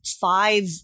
five